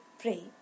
pray